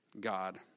God